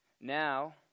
Now